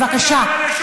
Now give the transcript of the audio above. בבקשה.